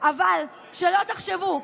אבל שלא תחשבו,